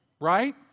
Right